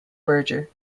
berger